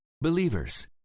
Believers